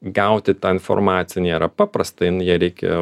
gauti tą informaciją nėra paprasta jin ją reikia